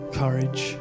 courage